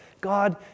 God